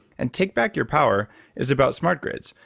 and take back your power is about smart grids.